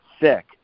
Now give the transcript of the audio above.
sick